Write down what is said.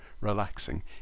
relaxing